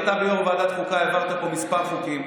אתה העברת פה כמה חוקים,